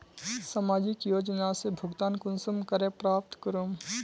सामाजिक योजना से भुगतान कुंसम करे प्राप्त करूम?